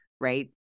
Right